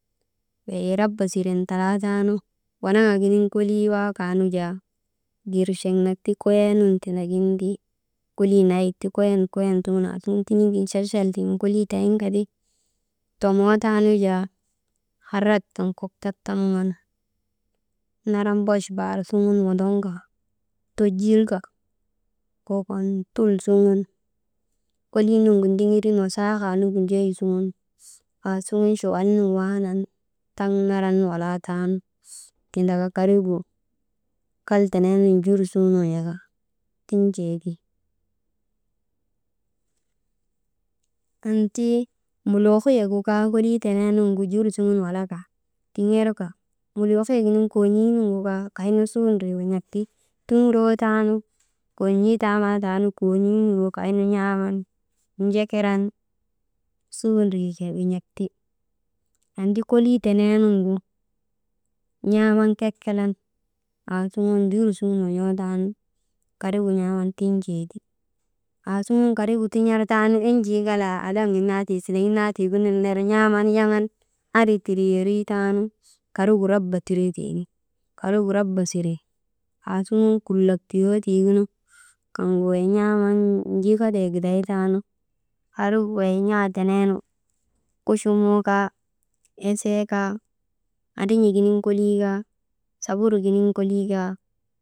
Wey raba siren talaa taanu, wanaŋak giniŋ kolii waakaa nu jaa, kirceŋ nak ti, koyee nun tindagin ti, kolii nayik ti, koyen, koyen tugun assuŋun tin̰iŋgin chah chal siŋen kolii tayin ka ti, tomootaanu jaa harat sun kok tattamaŋan naran bach baar suŋun wondoŋ ka, tojir ka kokon tul suŋun, kolii nuŋgu ndigirin wasaakaa nuŋgu ndjoy suŋun aasuŋun chuwal nun waanan taŋ naran walaa taanu, tindaka karigu kal teneenun jur suŋun won̰oka, tin̰tee ti. Annti muliikiye gu kaa kolii teneenuŋgu jur suŋun walaka, tiŋerka muliihiyek giniŋ koon̰ii nuŋgu kaa kaynu ndiiwin̰ak ti, tuŋuroo taanu kon̰ii taamaataanu kon̰ii nuŋgu kaynu n̰aaman jekeran suu ndriche win̰ak ti. Annti kolii tenee nuŋgu n̰aaman kekelan, asuŋun jur jur suŋun won̰ootaa nu, karigu n̰aaman tin̰tee ti, aasuŋun karigu tin̰artaanu enjii ŋalaa adaŋak gin naa tii tindagin naa tii gunuŋgu n̰aaman yaŋan andri tindriyeerii taanu, karigu raba tiretee ti, karigu raba sire aasuŋun kulak tiyoo tiigununu, kaŋgu wey n̰aaman jikatee giday taanu karigu wey n̰aatenee ti kuchunuu kaa, esee kaa, andrin̰ik giniŋ kolii kaa, saburuk giniŋ kolii kaa.